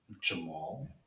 Jamal